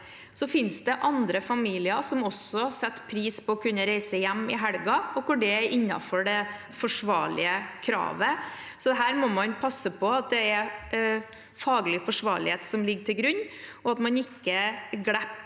Så finnes det også andre familier som setter pris på å kunne reise hjem i helgene, der det er innenfor kravet om forsvarlighet. Her må man passe på at det er faglig forsvarlighet som ligger til grunn, og at man ikke glipper